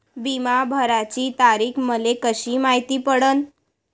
बिमा भराची तारीख मले कशी मायती पडन?